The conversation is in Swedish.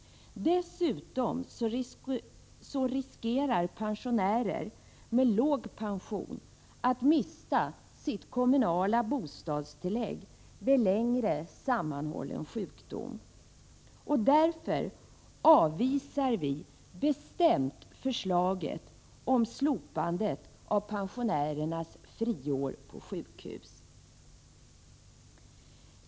Dessutom riskerar pensionärer med låg pension att mista sitt kommunala bostadstillägg vid längre, sammanhållen sjukdom. Därför avvisar vi bestämt förslaget om slopande av pensionärernas friår på sjukhus.